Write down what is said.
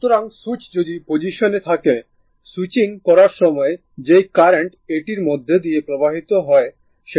সুতরাং সুইচ যদি পজিশনে থাকে সুইচিং করার সময় যেই কারেন্ট এটির মধ্যে দিয়ে প্রবাহিত হয় সেটা হল i0